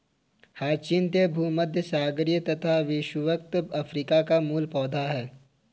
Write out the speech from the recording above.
hyacinth भूमध्यसागरीय तथा विषुवत अफ्रीका का मूल पौधा है